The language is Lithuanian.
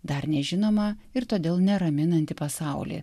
dar nežinomą ir todėl neraminantį pasaulį